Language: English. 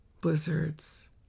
blizzards